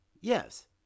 Yes